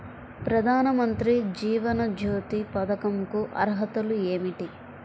ప్రధాన మంత్రి జీవన జ్యోతి పథకంకు అర్హతలు ఏమిటి?